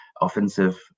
offensive